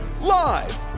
Live